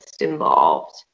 involved